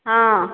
ହଁ